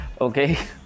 Okay